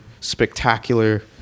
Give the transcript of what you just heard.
spectacular